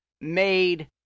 made